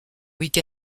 week